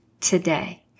today